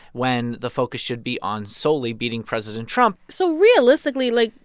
when the focus should be on solely beating president trump so realistically, like,